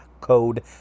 code